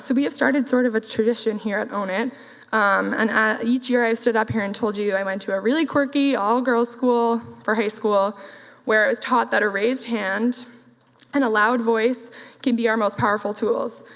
so have started sort of a tradition here at own it um and each year i've stood up here and told you you i went to a really quirky, all-girls school for high school where it was taught that a raised hand and a loud voice can be our most powerful tools.